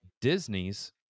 Disney's